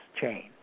chain